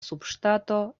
subŝtato